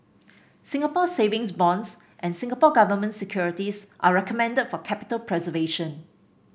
Singapore Savings Bonds and Singapore Government Securities are recommended for capital preservation